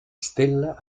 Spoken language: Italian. stella